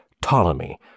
Ptolemy